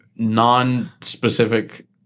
Non-specific